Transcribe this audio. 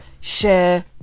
share